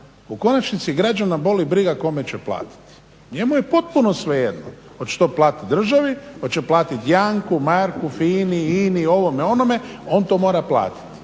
u konačnici građana boli briga kome će platiti. Njemu je potpuno svejedno hoće to platiti državi, hoće platiti Janku, Marku, FINA-i, INA-i, ovome, onome, on to mora platiti.